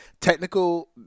technical